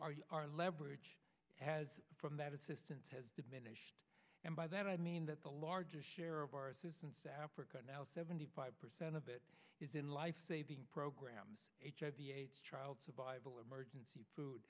our leverage from that assistance has diminished and by that i mean that the largest share of our assistance to africa now seventy five percent of it is in life saving programs child survival emergency food